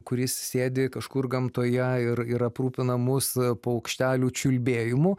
kuris sėdi kažkur gamtoje ir ir aprūpina mus paukštelių čiulbėjimu